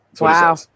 wow